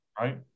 right